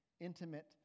intimate